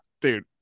dude